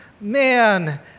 man